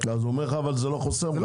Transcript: הוא אומר לך שזה לא חוסם אותך.